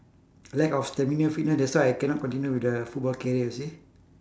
lack of stamina fitness that's why I cannot continue with the football career you see